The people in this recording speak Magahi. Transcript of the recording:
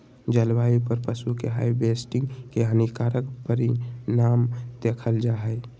जलवायु पर पशु के हार्वेस्टिंग के हानिकारक परिणाम देखल जा हइ